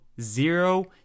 zero